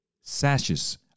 sashes